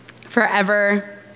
forever